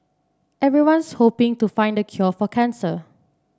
everyone's hoping to find the cure for cancer